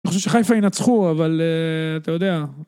אני חושב שחיפה ינצחו אבל אתה יודע